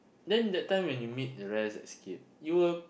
then that time when you meet the rest at Scape you were